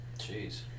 Jeez